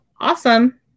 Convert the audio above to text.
Awesome